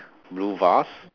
blue vase